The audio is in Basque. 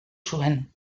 zuen